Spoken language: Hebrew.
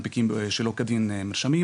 מנפיקים שלא כדין מרשמים,